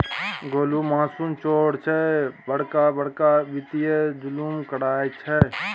गोलु मासुल चोर छै बड़का बड़का वित्तीय जुलुम करय छै